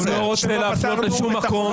הוא לא רוצה להפנות לשום מקום,